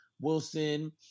Wilson